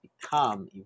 become